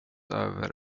över